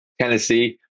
Tennessee